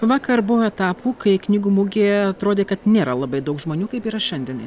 vakar buvo etapų kai knygų mugėje atrodė kad nėra labai daug žmonių kaip yra šiandien